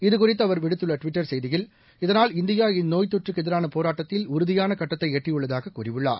இதுகுறித்துஅவர் விடுத்துள்ளட்விட்டர் செய்தியில் இதனால் இந்தியா இந்நோய்த் தொற்றுக்குஎதிரானபோராட்டத்தில் உறுதியானகட்டத்தைஎட்டியுள்ளதாககூறியுள்ளார்